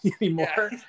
anymore